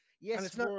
Yes